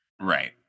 Right